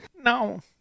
no